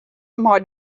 mei